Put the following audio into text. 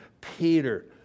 Peter